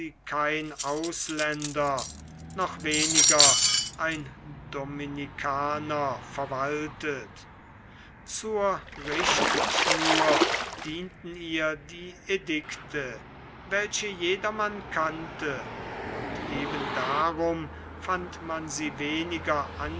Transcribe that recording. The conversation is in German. kein ausländer noch weniger ein dominikaner verwaltet zur richtschnur dienten ihr die edikte welche jedermann kannte und eben darum fand man sie weniger